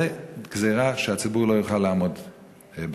זו גזירה שהציבור לא יכול לעמוד בה.